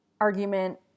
argument